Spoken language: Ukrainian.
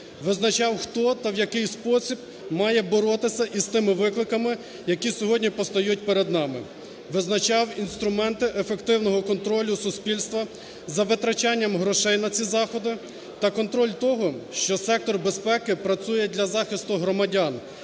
визначав хто та в який спосіб має боротися з тими викликами, які сьогодні постають перед нами, визначав інструменти ефективного контролю суспільства за витрачанням грошей на ці заходи та контроль того, що сектор безпеки працює для захисту громадян,